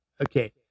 Okay